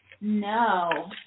no